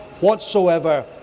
whatsoever